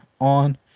on